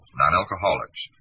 non-alcoholics